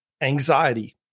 anxiety